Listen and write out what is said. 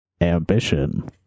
ambition